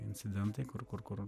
incidentai kur kur kur